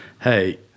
hey